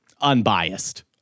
unbiased